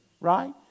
Right